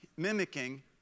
mimicking